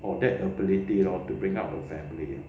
or that ability lor to bring up a family